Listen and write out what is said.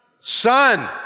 son